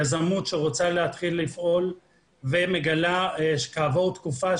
יזמות שרוצה להתחיל לפעול ומגלה כעבור תקופה,